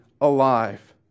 alive